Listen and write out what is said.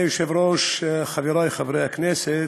מכובדי היושב-ראש, חבריי חברי הכנסת,